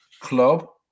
Club